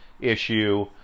issue